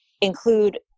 include